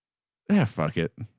yeah. fuck it.